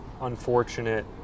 unfortunate